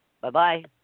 Bye-bye